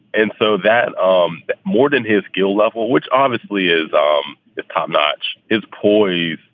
and so that um that more than his skill level, which obviously is um is top notch, is poise.